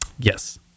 Yes